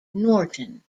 norton